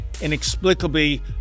Inexplicably